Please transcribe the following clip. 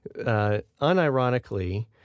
Unironically